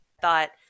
thought